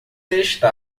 está